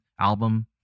album